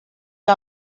que